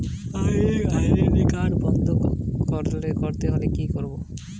Credit card বন্ধ করতে হলে কি করব?